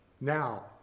Now